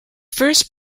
first